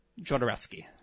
Jodorowsky